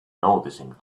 noticing